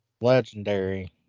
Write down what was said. Legendary